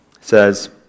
says